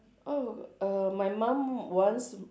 oh err my mum once